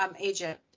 agent